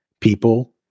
people